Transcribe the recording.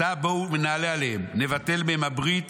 עתה בואו נעלה עליהם ונבטל מהם הברית